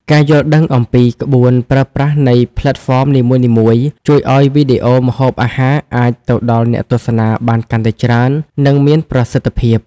ការយល់ដឹងអំពីក្បួនប្រើប្រាស់នៃផ្លេតហ្វមនីមួយៗ ជួយឱ្យវីដេអូម្ហូបអាហារអាចទៅដល់អ្នកទស្សនាបានកាន់តែច្រើន និងមានប្រសិទ្ធភាព។